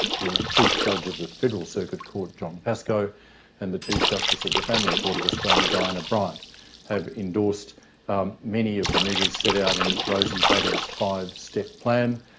the chief judge of the federal circuit court john pascoe and the chief justice of the family court of australia diana bryant have endorsed um many of the measures set out in rosie batty's five-step plan.